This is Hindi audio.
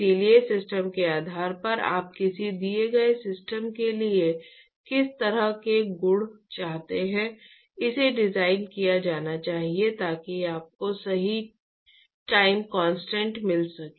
इसलिए सिस्टम के आधार पर आप किसी दिए गए सिस्टम के लिए किस तरह के गुण चाहते हैं इसे डिजाइन किया जाना चाहिए ताकि आपको सही टाइम कांस्टेंट मिल सके